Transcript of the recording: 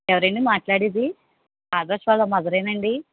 hello ఎవరు అండి మాట్లాడేది ఆదర్శ్ వాళ్ళ మదరేనండి